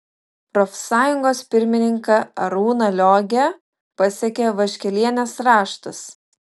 profsąjungos pirmininką arūną liogę pasiekė vaškelienės raštas